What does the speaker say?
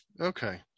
okay